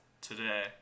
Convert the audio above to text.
today